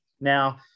Now